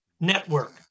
Network